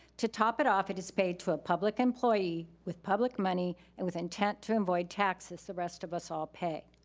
to top it off, it is paid to a public employee with public money and with intent to avoid taxes the rest of us all pay.